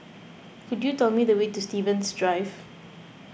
could you tell me the way to Stevens Drive